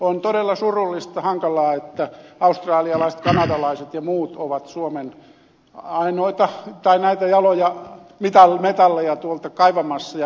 on todella surullista ja hankalaa että australialaiset kanadalaiset ja muut ovat suomen jaloja metalleja kaivamassa ja hyödyntämässä